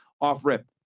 off-rip